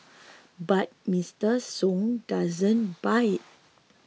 but Mister Sung doesn't buy it